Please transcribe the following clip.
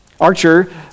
Archer